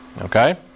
Okay